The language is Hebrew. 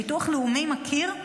ביטוח לאומי מכיר,